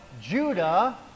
Judah